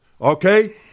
okay